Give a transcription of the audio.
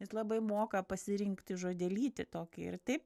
jis labai moka pasirinkti žodelytį tokį ir taip